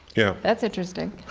yeah that's interesting